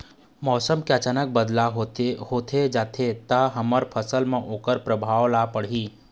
मौसम के अचानक बदलाव होथे जाथे ता हमर फसल मा ओकर परभाव का पढ़ी?